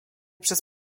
przez